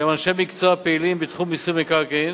שהם אנשי מקצוע פעילים בתחום מיסוי מקרקעין,